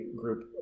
group